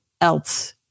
else